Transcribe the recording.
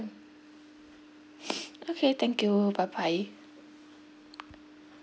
okay thank you bye bye